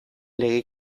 legez